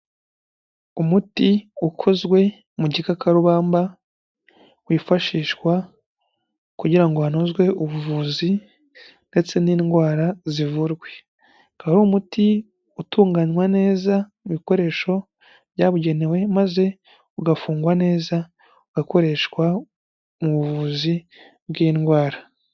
Umuti ukozwe mu gikakarubamba wifashishwa kugira ngo hanozwe ubuvuzi ndetse n'indwara zivurwe. Ukaba ari umuti utunganywa neza mu bikoresho byabugenewe maze ugafungwa neza ugakoreshwa mu buvuzi bw'indwara.